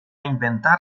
inventar